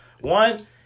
One